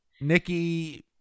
Nikki